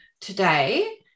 today